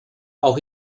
auch